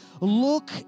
look